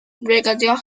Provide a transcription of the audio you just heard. brigadier